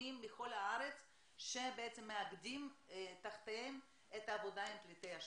ארגונים מכל הארץ שמאגדים תחתיהם את העבודה עם פליטי השואה.